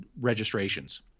registrations